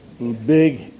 big